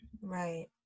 right